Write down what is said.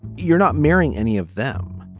you're not marrying any of them.